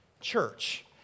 church